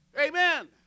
Amen